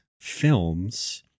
films